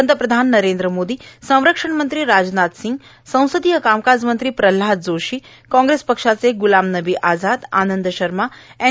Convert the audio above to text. पंतप्रधान नरेंद्र मोदी संरक्षण मंत्री राजनाथ सिंग संसदीय कामकाज मंत्री प्रल्हाद जोशी कॉग्रेस पक्षाचे गुलामनबी आझाद आनंद शर्मा एन